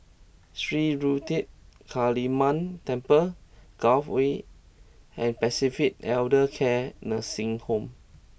Sri Ruthra Kaliamman Temple Gul Way and Pacific Elder Care Nursing Home